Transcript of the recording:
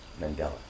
Mandela